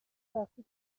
سختی